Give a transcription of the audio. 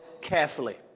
carefully